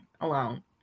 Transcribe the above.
alone